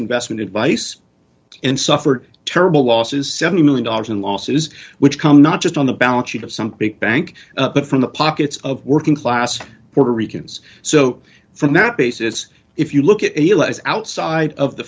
investment advice and suffered terrible losses seventy million dollars in losses which come not just on the balance sheet of some pig bank but from the pockets of working class puerto ricans so from that basis if you look at outside of the